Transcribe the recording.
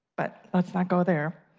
but, let's not go there.